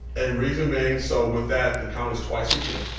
and reason being so with that, the count is twice a year,